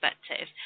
perspective